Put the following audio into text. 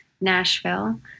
Nashville